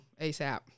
ASAP